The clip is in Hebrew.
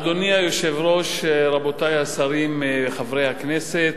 אדוני היושב-ראש, רבותי השרים, חברי הכנסת,